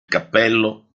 cappello